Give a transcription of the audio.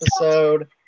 episode